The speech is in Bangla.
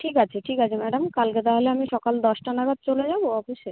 ঠিক আছে ঠিক আছে ম্যাডাম কালকে তাহলে আমি সকাল দশটা নাগাদ চলে যাব অপিসে